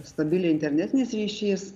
stabiliai internetinis ryšys